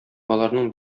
аларның